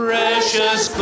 Precious